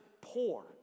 poor